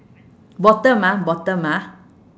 bottom ah bottom ah